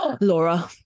Laura